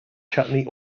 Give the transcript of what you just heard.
chutney